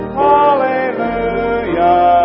hallelujah